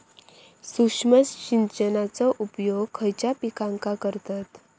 सूक्ष्म सिंचनाचो उपयोग खयच्या पिकांका करतत?